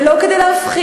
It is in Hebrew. זה לא כדי להפחיד,